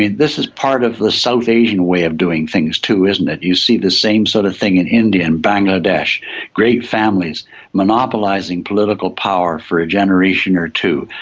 this is part of the south asian way of doing things too, isn't it, you see the same sort of thing in india and bangladesh great families monopolising political power for a generation or two.